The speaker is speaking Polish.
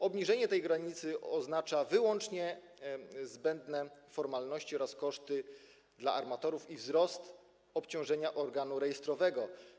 Obniżenie tej granicy oznacza wyłącznie zbędne formalności oraz koszty dla armatorów i wzrost obciążenia organu rejestrowego.